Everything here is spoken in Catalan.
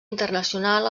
internacional